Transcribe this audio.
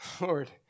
Lord